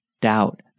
doubt